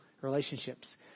relationships